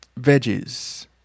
veggies